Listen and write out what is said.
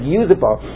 usable